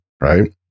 right